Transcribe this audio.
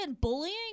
bullying